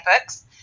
books